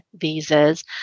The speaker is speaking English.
visas